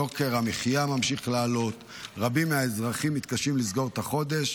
יוקר המחיה ממשיך לעלות ורבים מהאזרחים מתקשים לסגור את החודש.